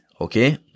Okay